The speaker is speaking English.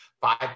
five